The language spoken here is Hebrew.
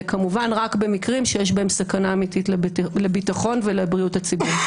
וכמובן רק במקרים שיש בהם סכנה אמתית לביטחון ולבריאות הציבור.